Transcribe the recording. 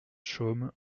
chaumes